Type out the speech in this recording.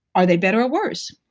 are they better or worse?